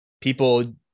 people